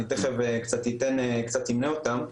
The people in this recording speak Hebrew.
אני תיכף קצת אמנה אותם,